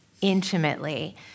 intimately